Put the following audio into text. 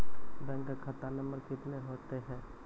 Bank का खाता number कितने होते हैं?